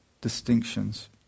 distinctions